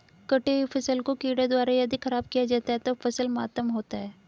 कटी हुयी फसल को कीड़ों द्वारा यदि ख़राब किया जाता है तो फसल मातम होता है